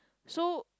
so